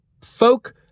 folk